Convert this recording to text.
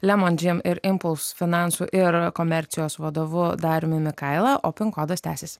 lemon džym ir impulsų finansų ir komercijos vadovu dariumi mikaila o pin kodas tęsiasi